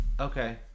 Okay